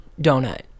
donut